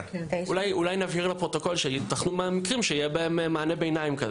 אולי נבהיר לפרוטוקול שייתכנו מקרים בהם יהיה מענה ביניים,